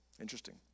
Interesting